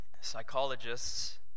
Psychologists